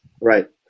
right